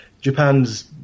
Japan's